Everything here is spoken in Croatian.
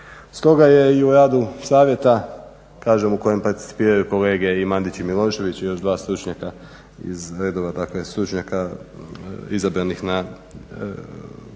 Stoga je i u radu Savjeta kažem u kojem participiraju kolege i Mandić i Milošević i još dva stručnjaka iz redova dakle stručnjaka izabranih na